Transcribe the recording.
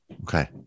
Okay